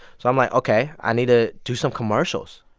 so i'm like, ok. i need to do some commercials.